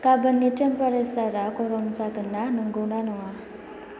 गाबोननि टेम्पारेसारआ गरम जागोनना नंगौ ना नङा